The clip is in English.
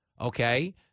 Okay